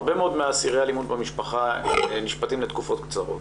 הרבה מאוד מאסירי אלמ"ב נשפטים לתקופות קצרות,